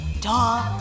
Duh